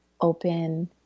open